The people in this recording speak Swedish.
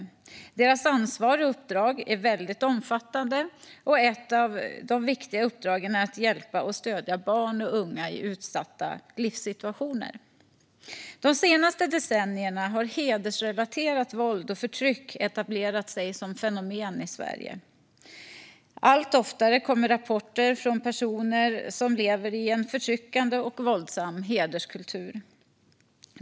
Socialtjänstens ansvar och uppdrag är väldigt omfattande, och ett av de viktiga uppdragen är att hjälpa och stödja barn och unga i utsatta livssituationer. De senaste decennierna har hedersrelaterat våld och förtryck etablerat sig som fenomen i Sverige. Allt oftare kommer rapporter från personer som lever i en förtryckande och våldsam hederskultur.